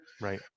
Right